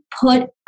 put